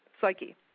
psyche